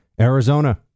Arizona